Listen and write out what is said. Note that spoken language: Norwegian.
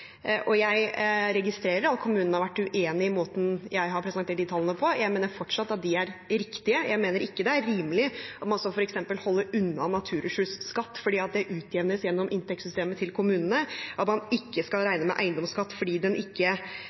Jeg registrerer at kommunene har vært uenige i måten jeg har presentert de tallene på. Jeg mener fortsatt at de er riktige. Jeg mener ikke det er rimelig at man f.eks. skal holde unna naturressursskatt fordi det utjevnes gjennom inntektssystemet til kommunene, at man ikke skal regne med eiendomsskatt fordi den ikke